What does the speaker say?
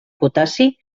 potassi